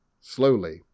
Slowly